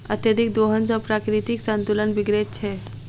अत्यधिक दोहन सॅ प्राकृतिक संतुलन बिगड़ैत छै